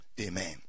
Amen